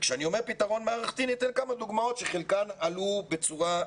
וכשאני אומר פתרון מערכתי אני אתן כמה דוגמאות שחלקם עלו בצורה,